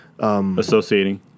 Associating